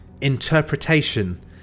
interpretation